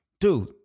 dude